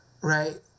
Right